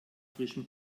frischem